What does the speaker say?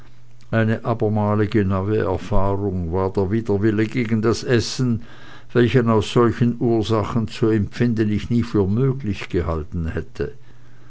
eine abermalige neue erfahrung war der widerwillen gegen das essen welchen aus solchen ursachen zu empfinden ich nie für möglich gehalten hätte